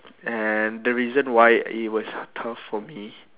and the reason why it was tough for me